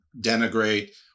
denigrate